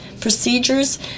procedures